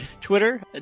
twitter